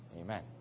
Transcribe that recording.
Amen